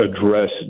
address